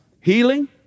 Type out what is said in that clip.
Healing